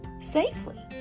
safely